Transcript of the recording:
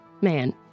man